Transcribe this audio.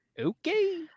Okay